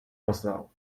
poslal